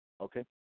Okay